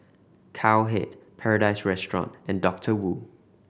Cowhead Paradise Restaurant and Doctor Wu